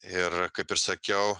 ir kaip ir sakiau